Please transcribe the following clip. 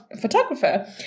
photographer